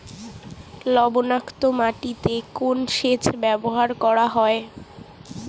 লবণাক্ত মাটিতে কোন সেচ ব্যবহার করা হয়?